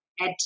add